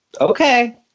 Okay